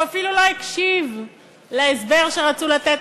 הוא אפילו לא הקשיב להסבר שרצו לתת